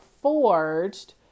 forged